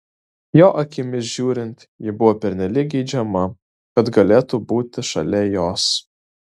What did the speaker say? jo akimis žiūrint ji buvo pernelyg geidžiama kad galėtų būti šalia jos